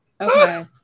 Okay